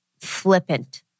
flippant